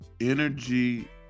energy